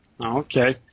okay